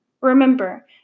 Remember